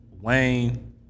Wayne